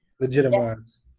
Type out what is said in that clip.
Legitimize